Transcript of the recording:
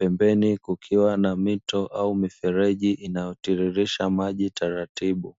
pembeni kukiwa na mito au mifereji inayotiririsha maji taratibu.